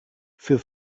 für